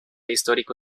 histórico